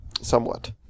Somewhat